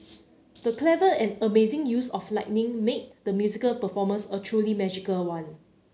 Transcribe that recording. the clever and amazing use of lighting made the musical performance a truly magical one